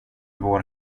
vår